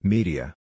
Media